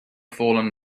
fallen